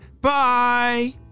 bye